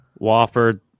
Wofford